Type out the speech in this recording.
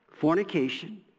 fornication